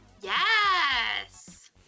yes